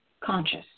conscious